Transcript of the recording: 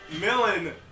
Millen